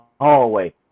hallway